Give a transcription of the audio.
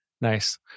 nice